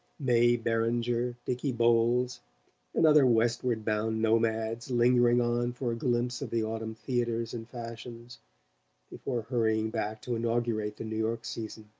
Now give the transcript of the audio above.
may beringer, dicky bowles and other westward-bound nomads lingering on for a glimpse of the autumn theatres and fashions before hurrying back to inaugurate the new york season.